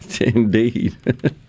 Indeed